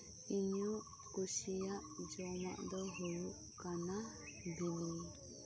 ᱤᱧᱟᱹᱜ ᱠᱩᱥᱤᱭᱟᱜ ᱡᱚᱢᱟᱜ ᱫᱚ ᱦᱩᱭᱩᱜ ᱠᱟᱱᱟ ᱵᱤᱞᱤ